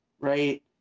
right